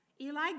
Eli